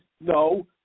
No